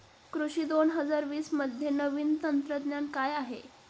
कृषी दोन हजार वीसमध्ये नवीन तंत्रज्ञान काय आहे?